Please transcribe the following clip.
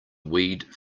weed